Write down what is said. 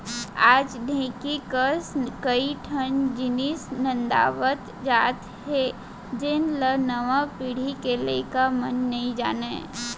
आज ढेंकी कस कई ठन जिनिस नंदावत जात हे जेन ल नवा पीढ़ी के लइका मन नइ जानयँ